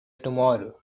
tomorrow